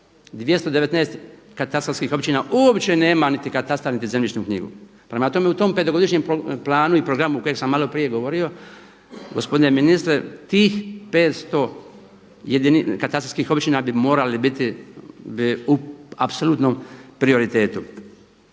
219 katastarskih općina uopće nema niti katastar niti zemljišnu knjigu. Prema tome, u tom petogodišnjem planu i programu kojeg sam maloprije govorio gospodine ministre tih 500 katastarskih općina bi morali biti u apsolutnom prioritetu.